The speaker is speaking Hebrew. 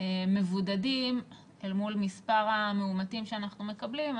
מבודדים אל מול מספר המאומתים שאנחנו מקבלים,